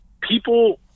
people